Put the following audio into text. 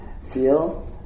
Feel